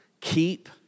Keep